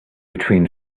between